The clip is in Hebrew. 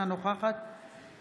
אינה נוכחת